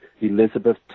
Elizabeth